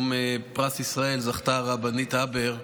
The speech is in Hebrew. בפרס ישראל זכתה היום הרבנית הבר,